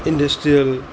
industrial